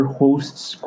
host's